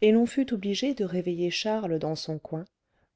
et l'on fut obligé de réveiller charles dans son coin